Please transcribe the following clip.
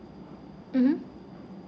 mmhmm